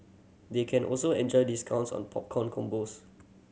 they can also enjoy discounts on popcorn combos